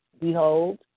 Behold